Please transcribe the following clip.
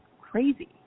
crazy